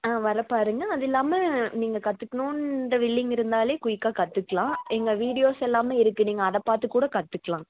ஆ வரப் பாருங்க அது இல்லாமல் நீங்கள் கற்றுக்கணுன்ற வில்லிங் இருந்தாலே குயிக்காக கற்றுக்கலாம் எங்கள் வீடியோஸ் எல்லாமே இருக்குது நீங்கள் அதை பார்த்து கூட கற்றுக்கலாம்